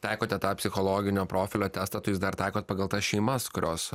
taikote tą psichologinio profilio testą tai jūs dar taikot pagal tas šeimas kurios